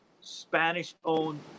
Spanish-owned